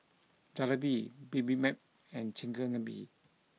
Jalebi Bibimbap and Chigenabe